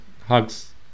hugs